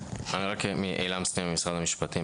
עילם שניר ממשרד המשפטים.